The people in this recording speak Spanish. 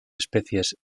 especies